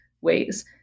ways